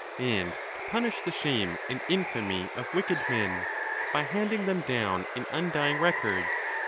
and to punish the shame and infamy of wicked men by handing them down in undying records.